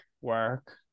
Work